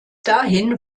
dahin